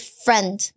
friend